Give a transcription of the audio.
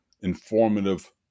informative